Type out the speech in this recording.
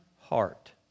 heart